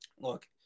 look